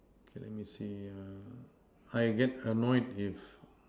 K let me see ah I get annoyed if